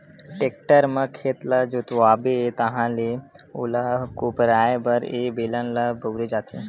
tractor म खेत ल जोतवाबे ताहाँले ओला कोपराये बर ए बेलन ल बउरे जाथे